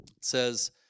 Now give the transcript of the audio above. says